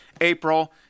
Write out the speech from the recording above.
April